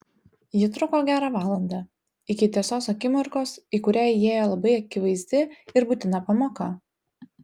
ji truko gerą valandą iki tiesos akimirkos į kurią įėjo labai akivaizdi ir būtina pamoka